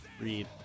Read